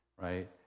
right